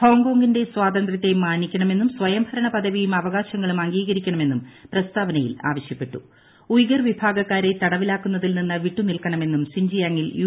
ഹോങ്കോങ്ങിന്റെ സ്പാത്യന്ത്യത്തെ മാനിക്കണമെന്നും സ്വയംഭരണ പദവിയും അവകാശ്രങ്ങളും അംഗീകരിക്കണമെന്നും പ്രസ്താവനയിൽ ആവശ്യപ്പെട്ടു ഉയ്ഗർ വിഭാഗക്കാരെ തടവിലാക്കുന്നതിൽ നിന്ന് വിട്ടുനിൽക്കണമെന്നും സിൻജിയാങ്ങിൽ യു